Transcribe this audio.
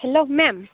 hello ma'am